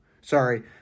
Sorry